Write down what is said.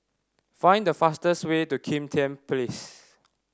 find the fastest way to Kim Tian Place